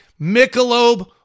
Michelob